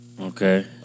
Okay